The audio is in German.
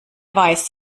weiß